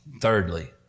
Thirdly